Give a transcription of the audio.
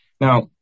Now